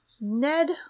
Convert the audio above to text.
Ned